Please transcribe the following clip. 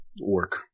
work